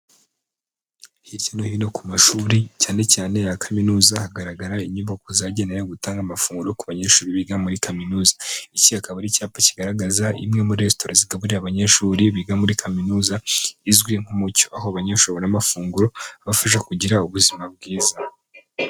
Hirya no hino ku mashuri cyane cyane aya kaminuza hagaragara inyubako zagenewe gutanga amafunguro ku banyeshuri biga muri kaminuza. Iki akaba ari icyapa kigaragaza imwe muri resitora zigaburira abanyeshuri biga muri kaminuza izwi nk'umucyo, aho abanyeshuri babona amafunguro abafasha kugira ubuzima bwiza.